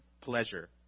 pleasure